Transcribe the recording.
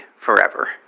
forever